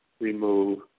remove